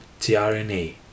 TRNA